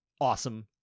awesome